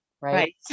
right